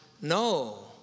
No